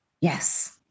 Yes